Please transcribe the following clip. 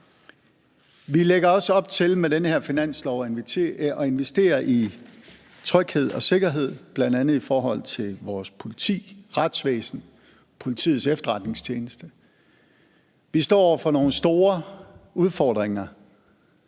Vi lægger også op til med den her finanslov at investere i tryghed og sikkerhed, bl.a. i forhold til vores politi, retsvæsen, Politiets Efterretningstjeneste. Vi står over for nogle store udfordringer,